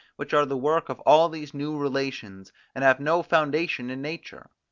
which are the work of all these new relations, and have no foundation in nature.